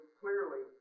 clearly